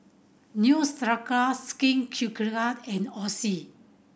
Neostrata Skin and Oxy